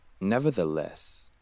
Nevertheless